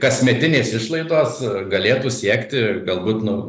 kasmetinės išlaidos galėtų siekti galbūt nu